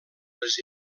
les